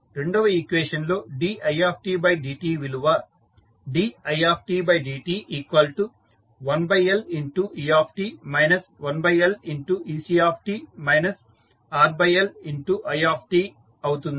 రెండవ ఈక్వేషన్ లో didt విలువ didt1Let 1Lec RLi అవుతుంది